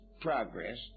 progress